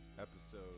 episode